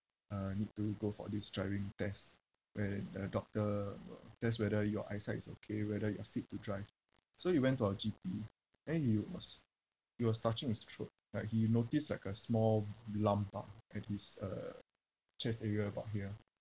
uh need to go for this driving test where the doctor will test whether your eyesight is okay whether you are fit to drive so he went to our G_P and you must he was touching his throat like he noticed like a small lump ah at his uh chest area about here